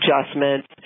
adjustments